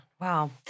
Wow